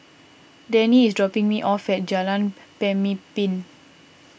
Dennie is dropping me off at Jalan Pemimpin